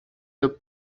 the